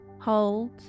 hold